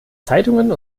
zeitungen